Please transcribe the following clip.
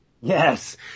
Yes